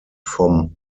vom